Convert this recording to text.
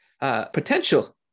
potential